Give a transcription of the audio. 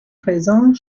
présent